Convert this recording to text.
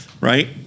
Right